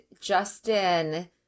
Justin